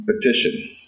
petition